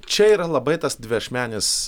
čia yra labai tas dviašmenis